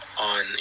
on